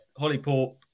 Hollyport